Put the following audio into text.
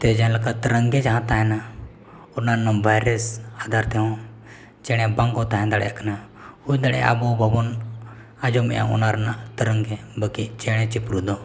ᱛᱮ ᱡᱟᱦᱟᱸᱞᱮᱠᱟ ᱛᱮᱨᱚᱝᱜᱟ ᱡᱟᱦᱟᱸᱞᱮᱠᱟ ᱛᱟᱦᱮᱱᱟ ᱚᱱᱟ ᱨᱮᱱᱟᱜ ᱵᱟᱭᱨᱮᱥ ᱟᱫᱷᱟᱨ ᱛᱮᱦᱚᱸ ᱪᱮᱬᱮ ᱵᱟᱝᱠᱚ ᱛᱟᱦᱮᱸ ᱫᱟᱲᱮᱭᱟᱜ ᱠᱟᱱᱟ ᱦᱩᱭ ᱫᱟᱲᱮᱭᱟᱜᱼᱟ ᱟᱵᱚ ᱵᱟᱵᱚᱱ ᱟᱸᱡᱚᱢᱮᱫᱼᱟ ᱚᱱᱟ ᱨᱮᱱᱟᱜ ᱛᱮᱨᱚᱝᱜᱟ ᱵᱟᱹᱠᱤ ᱪᱮᱬᱮᱼᱪᱤᱨᱩ ᱫᱚ